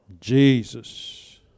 Jesus